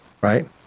right